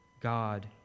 God